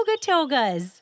togas